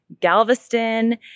Galveston